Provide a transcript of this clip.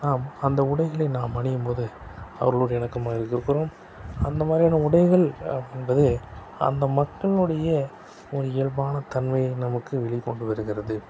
நாம் அந்த உடைகளை நாம் அணியும்போது அவர்களோடு இணக்கமாக இருக்கிறோம் அந்தமாதிரியான உடைகள் என்பது அந்த மக்களினுடைய ஒரு இயல்பான தன்மையும் நமக்கு வெளிக்கொண்டு வருகிறது